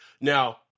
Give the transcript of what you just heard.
Now